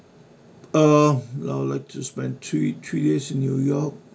uh I would like to spend three three days in new york